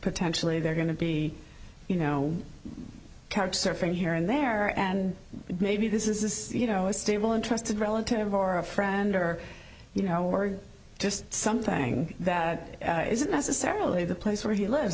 potentially they're going to be you know surfing here and there and maybe this is you know a stable and trusted relative or a friend or you know just something that isn't necessarily the place where he lives